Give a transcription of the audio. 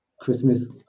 Christmas